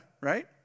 right